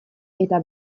eta